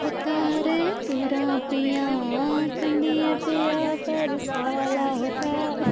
ओ धारें धूड़ां पेइयां कंडियें पेआ बरसाला ओ धारें